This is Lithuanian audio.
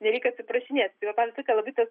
nereikia atsiprašinėt tai man patinka labai tas